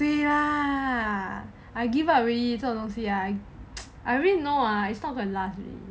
对 ah I give up already 这种东西 I I really know ah it's not going to last